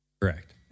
Correct